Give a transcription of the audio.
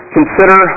Consider